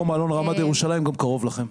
תזכור: מלון "רמדה" בירושלים גם קרוב אליכם.